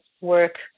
work